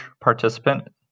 participant